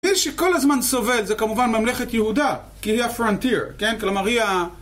מי שכל הזמן סובל, זה כמובן ממלכת יהודה, כי היא ה-frontier, כן? כלומר היא ה...